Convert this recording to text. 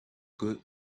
good